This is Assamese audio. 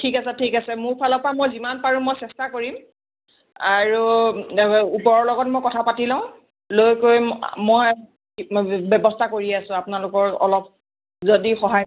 ঠিক আছে ঠিক আছে মোৰ ফালৰ পৰা মই যিমান পাৰোঁ মই চেষ্টা কৰিম আৰু ওপৰৰ লগত মই কথা পাতি লওঁ লৈ কৰি মই ব্যৱস্থা কৰি আছোঁ আপোনালোকৰ অলপ যদি সহায়